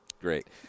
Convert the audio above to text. great